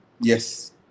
Yes